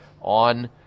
on